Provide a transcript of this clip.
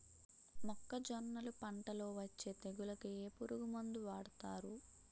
మొక్కజొన్నలు పంట లొ వచ్చే తెగులకి ఏ పురుగు మందు వాడతారు?